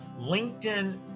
LinkedIn